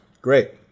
Great